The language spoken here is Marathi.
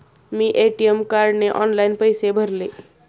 मी ए.टी.एम कार्डने ऑनलाइन पैसे भरले